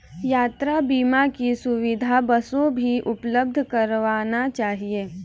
यात्रा बीमा की सुविधा बसों भी उपलब्ध करवाना चहिये